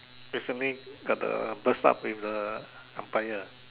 recently got the burst up with the empire